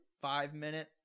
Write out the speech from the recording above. five-minute